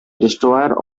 destroyer